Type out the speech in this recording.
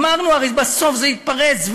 אמרנו: הרי בסוף זה יתפרץ.